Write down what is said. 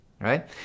right